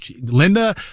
Linda